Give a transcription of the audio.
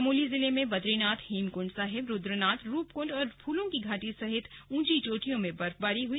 चमोली जिले में बद्रीनाथ हेमकंड साहिब रुद्रनाथ रूपकंड और फूलों की घाटी सहित ऊंची चोटियों में बर्फबारी हुई